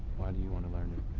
why do you want to learn